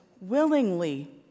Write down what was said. willingly